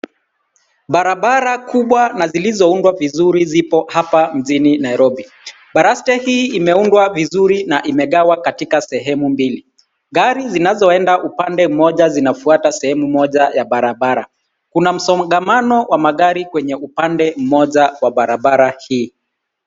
Barabara kubwa na zilizoundwa vizuri zipo hapa mjini Nairobi. Baraste hii imeundwa vizuri na imegawa katika sehemu mbili. Gari zinazoenda upande mmoja zinafuata sehemu moja wa barabara. Kuna msongamano wa magari kwenye upande mmoja wa barabara hii.